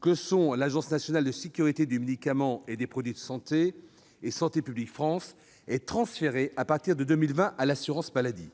que sont l'Agence nationale de sécurité du médicament et des produits de santé et Santé publique France, est transféré à partir de 2020 à l'assurance maladie.